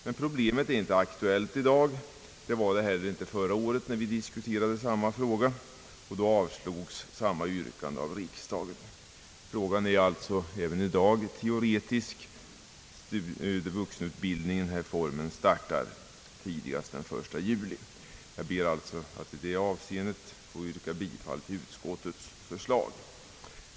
Men problemet är inte aktuellt i dag och var det inte heller förra året, när vi diskuterade samma fråga, och då avslogs samma yrkande av riksdagen. Frågan är alltså även i dag teoretisk. Vuxenutbildningsreformen träder inte i kraft förrän den 1 juli. Jag ber att i detta avseende få yrka bifall till utskottets förslag.